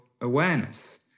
awareness